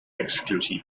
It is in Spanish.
exclusiva